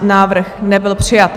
Návrh nebyl přijat.